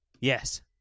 Yes